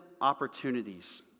opportunities